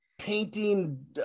painting